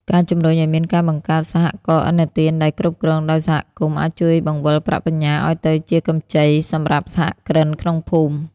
ការជំរុញឱ្យមានការបង្កើត "សហករណ៍ឥណទាន" ដែលគ្រប់គ្រងដោយសហគមន៍ អាចជួយបង្វិលប្រាក់បញ្ញើឱ្យទៅជាកម្ចីសម្រាប់សហគ្រិនក្នុងភូមិ។